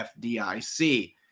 FDIC